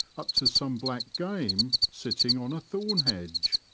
up to some black game sitting on a thorn hedge.